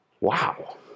wow